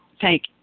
thank